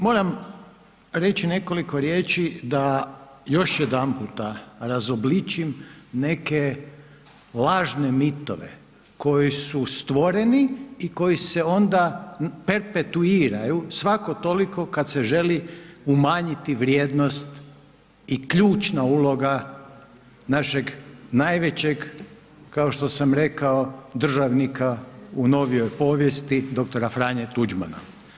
Moram reći nekoliko riječi da još jedanput razobličim neke lažne mitove koji su stvoreni i koji se onda perpetuiraju svako toliko kad se želi umanjiti vrijednost i ključna uloga našeg najvećeg kao što sam rekao, državnika u novijoj povijesti dr. F. Tuđmana.